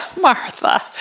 Martha